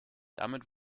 damit